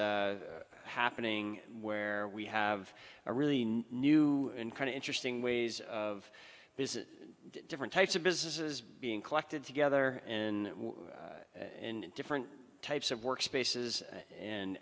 s happening where we have a really new and kind of interesting ways of business different types of businesses being collected together and in different types of work spaces and